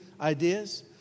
ideas